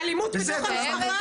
בסדר.